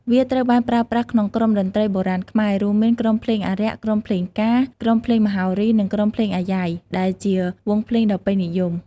វាត្រូវបានប្រើប្រាស់ក្នុងក្រុមតន្ត្រីបុរាណខ្មែរ រួមមាន ក្រុមភ្លេងអារក្ស ក្រុមភ្លេងការ ក្រុមភ្លេងមហោរី និងក្រុមភ្លេងអាយ៉ៃ ដែលជាវង់ភ្លេងដ៏ពេញនិយម។